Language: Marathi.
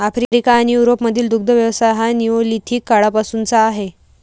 आफ्रिका आणि युरोपमधील दुग्ध व्यवसाय हा निओलिथिक काळापासूनचा आहे